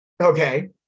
Okay